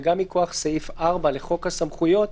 וגם מכוח סעיף 4 לחוק הסמכויות,